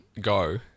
go